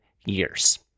years